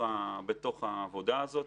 בעבודה הזאת.